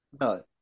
no